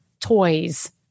toys